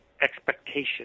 expectation